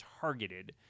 targeted